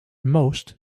most